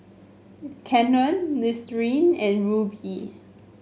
Canon Listerine and Rubi